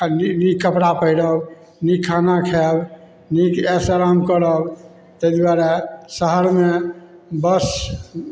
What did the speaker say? आ नीक नीक कपड़ा पहिरब नीक खाना खाएब नीक ऐश आराम करब ताहि दुआरे शहरमे बस